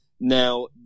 Now